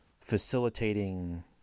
facilitating